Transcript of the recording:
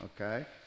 okay